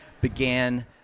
began